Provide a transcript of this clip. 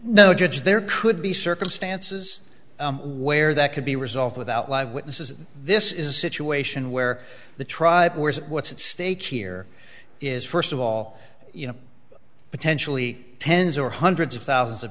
no judge there could be circumstances where that could be resolved without live witnesses this is a situation where the tribe were what's at stake here is first of all you know potentially tens or hundreds of thousands of